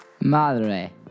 Madre